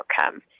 outcome